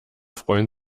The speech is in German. freuen